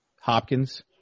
Hopkins